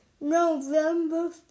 November